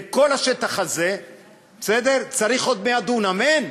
לכל השטח הזה צריך עוד 100 דונם, אין.